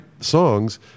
songs